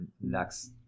next